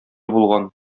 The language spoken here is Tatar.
булган